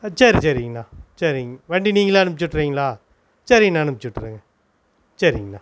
ஆ சரி சரிங்கண்ணா சரிங்க வண்டி நீங்களே அனுப்பிச்சி விட்டுறீங்களா சரிங்க நான் அனுப்பிச்சி விட்டுறேங்க சரிங்கண்ணா